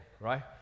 right